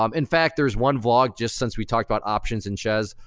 um in fact, there's one vlog, just since we talked about options and chezz,